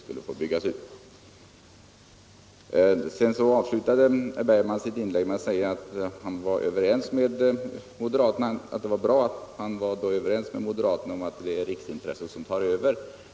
Herr Bergman avslutade sitt inlägg med att säga att han var överens med moderaterna om att riksintresset tar över.